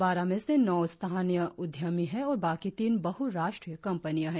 बारह में से नौ स्थानीय उद्यमी है और बाकी तीन बहु राष्ट्रीय कंपनिया है